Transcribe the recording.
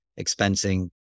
expensing